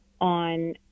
on